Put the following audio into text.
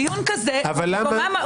דיון כזה --- אבל